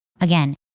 Again